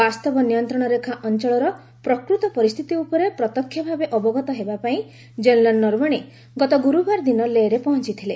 ବାସ୍ତବ ନିୟନ୍ତ୍ରଣରେଖା ଅଞ୍ଚଳର ପ୍ରକୃତ ପରିସ୍ଥିତି ଉପରେ ପ୍ରତ୍ୟକ୍ଷ ଭାବେ ଅବଗତ ହେବା ପାଇଁ ଜେନେରାଲ ନରବଣେ ଗତ ଗୁରୁବାର ଦିନ ଲେହରେ ପହଞ୍ଚଥିଥିଲେ